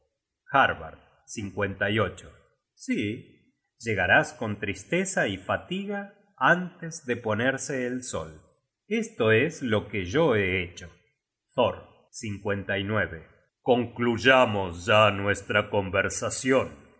llegaré allá hoy harbard si llegarás con tristeza y fatiga antes de ponerse el sol esto es lo que yo he hecho thor concluyamos ya nuestra conversacion